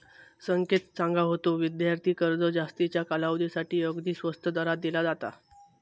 संकेत सांगा होतो, विद्यार्थी कर्ज जास्तीच्या कालावधीसाठी अगदी स्वस्त दरात दिला जाता